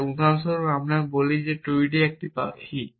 তাই উদাহরণস্বরূপ যদি আমি বলি টুইডি একটি পাখি